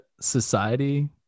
society